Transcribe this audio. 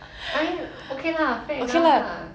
I mean okay lah fair enough lah